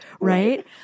right